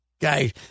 guy